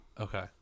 Okay